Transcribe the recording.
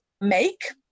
make